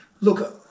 look